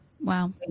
Wow